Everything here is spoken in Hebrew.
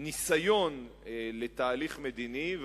ניסיון לתהליך מדיני,